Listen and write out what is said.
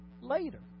later